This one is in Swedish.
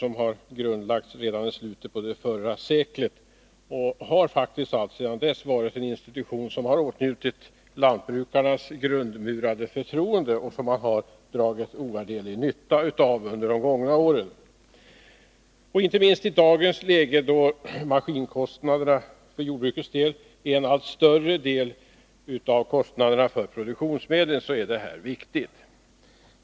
Den grundlades redan i slutet av förra seklet och har alltsedan dess varit en institution som har åtnjutit lantbrukarnas grundmurade förtroende och som de har dragit ovärderlig nytta av under de gångna åren. Inte minst i dagens läge, då maskinkostnaderna för jordbrukets del är en allt större del av kostnaderna för produktionsmedlen, är den här verksamheten viktig.